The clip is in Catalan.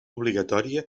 obligatòria